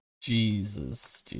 Jesus